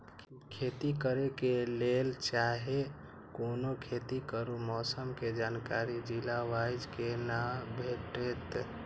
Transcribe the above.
खेती करे के लेल चाहै कोनो खेती करू मौसम के जानकारी जिला वाईज के ना भेटेत?